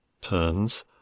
turns